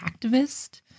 activist